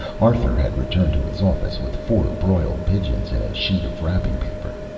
arthur had returned to his office with four broiled pigeons in a sheet of wrapping-paper.